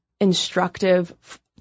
instructive